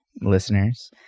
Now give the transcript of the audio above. listeners